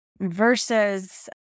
versus